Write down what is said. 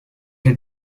had